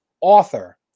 author